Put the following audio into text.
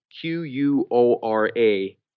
Q-U-O-R-A